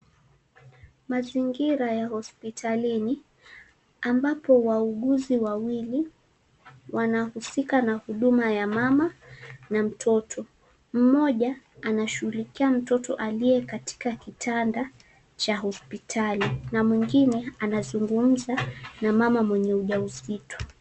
Mazingira ya hosiptalini ambapo wauguzi wawili wanahusika na huduma ya mama na mtoto. Mmoja anashughulikia mtoto aliye katika kitanda cha hosipitali na mwingine anazungumza na mama mwenye ujauzito.